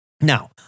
Now